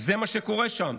זה מה שקורה שם.